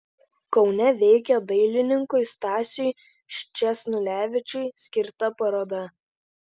kaune veikia dailininkui stasiui sčesnulevičiui skirta paroda